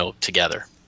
together